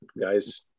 guys